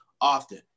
often